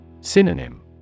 Synonym